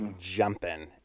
jumping